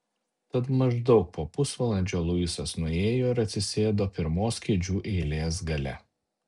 tad maždaug po pusvalandžio luisas nuėjo ir atsisėdo pirmos kėdžių eilės gale